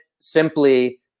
simply